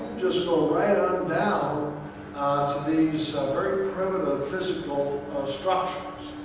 just go right on down to these very primitive physical structures.